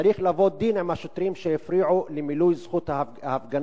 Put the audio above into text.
וצריך לבוא דין עם השוטרים שהפריעו למילוי זכות ההפגנה,